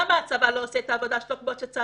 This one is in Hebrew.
למה הצבא לא עושה את העבודה שלו כמו שצריך?